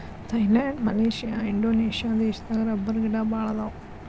Thailand Malaysia Indonesia ದೇಶದಾಗ ರಬ್ಬರಗಿಡಾ ಬಾಳ ಅದಾವ